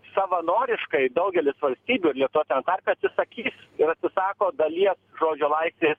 savanoriškai daugelis valstybių ir lietuva tame tarpe atsisakys ir atsisako dalies žodžio laisvės